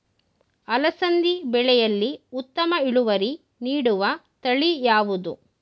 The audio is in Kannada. ಅಲಸಂದಿ ಬೆಳೆಯಲ್ಲಿ ಉತ್ತಮ ಇಳುವರಿ ನೀಡುವ ತಳಿ ಯಾವುದು?